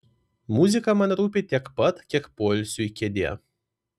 muzika man rūpi tiek pat kiek poilsiui kėdė